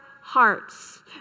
hearts